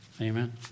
Amen